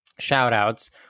Shoutouts